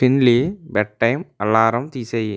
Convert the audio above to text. Finley bed time alarm తీసేయి